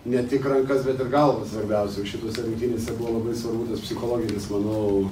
ne tik rankas bet ir galvas svarbiausia šitose rungtynėse buvo labai svarbus tas psichologinis manau